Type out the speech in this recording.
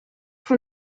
from